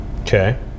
Okay